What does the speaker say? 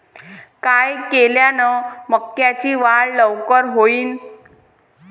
काय केल्यान मक्याची वाढ लवकर होईन?